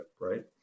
right